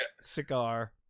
Cigar